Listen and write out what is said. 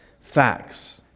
facts